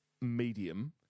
medium